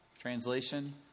Translation